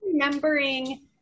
remembering